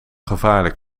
gevaarlijk